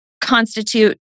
constitute